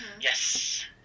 Yes